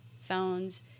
phones